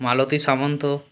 মালতী সামন্ত